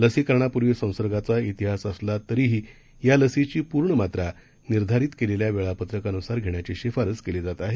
लसीकराणापूर्वी संसर्गाचा तिहास असला तरीही या लसीची पूर्ण मात्रा निर्धारित केलेल्या वेळापत्रकानुसार घेण्याची शिफारस करण्यात येत आहे